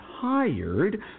tired